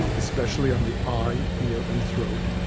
especially on the eye, ear and throat.